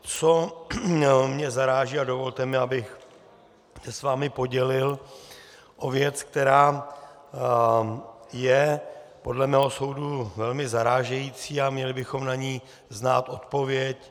Co mě zaráží, a dovolte mi, abych se s vámi podělil o věc, která je podle mého soudu velmi zarážející a měli bychom na ni znát odpověď.